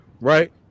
right